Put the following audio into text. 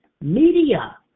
media